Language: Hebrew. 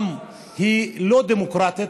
וגם היא לא דמוקרטית.